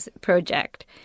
project